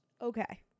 Okay